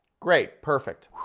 great, perfect.